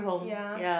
ya